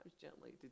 gently